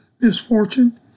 misfortune